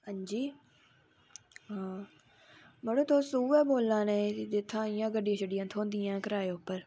हंजी मडो तुस उऐ बोले ना जित्थे दा गड्डियां शड्डियां थ्होदियां करियै उप्पर